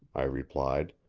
i replied.